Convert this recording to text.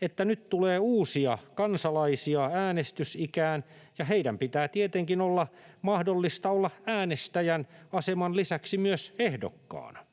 että nyt tulee uusia kansalaisia äänestysikään, ja heille pitää tietenkin olla mahdollista olla äänestäjän asemassa olemisen lisäksi ehdokkaana.